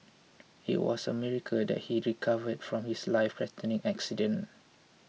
it was a miracle that he recovered from his lifethreatening accident